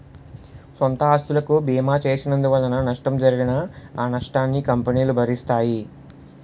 సొంత ఆస్తులకు బీమా చేసినందువలన నష్టం జరిగినా ఆ నష్టాన్ని కంపెనీలు భరిస్తాయి